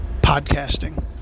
podcasting